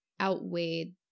outweighed